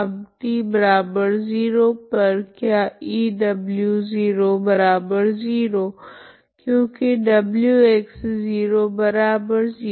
अब t0 पर क्या E0 क्योकि wx00